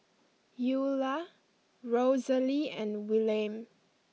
Eula Rosalie and Willaim